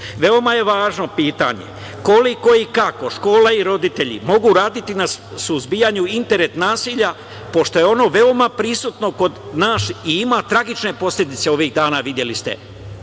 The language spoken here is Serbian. je važno pitanje – koliko i kako škola i roditelji mogu uraditi na suzbijanju internet nasilja, pošto je ono veoma prisutno kod nas i ima tragične posledice. Ovih dana videli ste